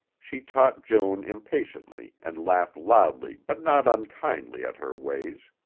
she taught joan impatiently and laughed loudly but not unkindly at her ways.